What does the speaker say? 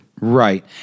Right